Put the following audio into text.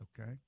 Okay